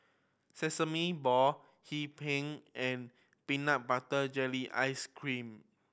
Sesame Ball Hee Pan and peanut butter jelly ice cream